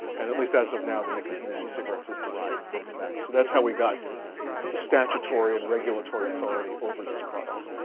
and at least as of now, the nicotine and in e-cigarettes is derived from tobacco. that's how we got statutory and regulatory authority over these products.